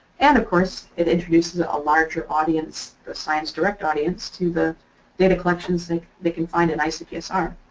and of course it introduces a larger audience, the sciencedirect audience to the data collections they they can find at icpsr.